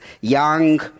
young